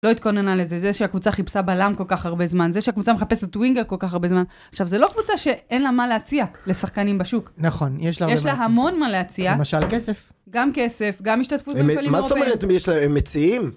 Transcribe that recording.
לא התכוננה לזה, זה שהקבוצה חיפשה בלם כל כך הרבה זמן, זה שהקבוצה מחפשת וינגר כל כך הרבה זמן. עכשיו, זה לא קבוצה שאין לה מה להציע לשחקנים בשוק. נכון, יש לה הרבה מה להציע. יש לה המון מה להציע. למשל כסף. גם כסף, גם השתתפות במקלים מופעים. מה זאת אומרת, מי יש לה, הם מציעים.